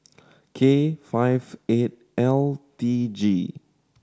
K five eight L T G